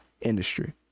industry